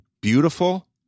beautiful